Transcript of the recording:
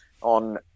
on